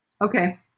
Okay